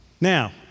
Now